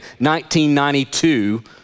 1992